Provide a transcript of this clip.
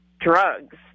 drugs